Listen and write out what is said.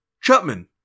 Chapman